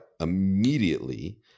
immediately